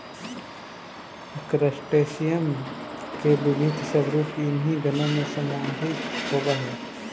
crustacean के विविध स्वरूप इन्हीं गणों में समाहित होवअ हई